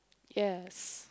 yes